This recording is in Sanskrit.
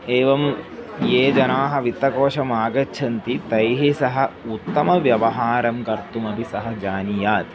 एवं ये जनाः वित्तकोषम् आगच्छन्ति तैः सह उत्तमं व्यवहारं कर्तुमपि सः जानीयात्